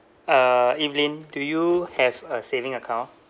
uh evelyn do you have a saving account